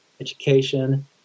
education